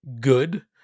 good